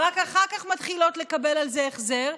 ורק אחר כך מתחילות לקבל על זה החזר.